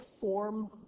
form